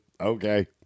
okay